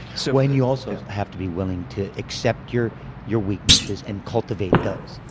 so and you also have to be willing to accept your your weaknesses and cultivate those.